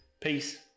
Peace